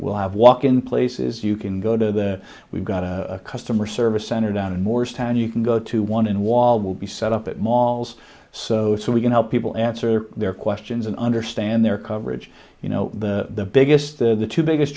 we'll have walk in places you can go to the we've got a customer service center down in morristown you can go to one in wall will be set up at malls so so we can help people answer their questions and understand their coverage you know the biggest the two biggest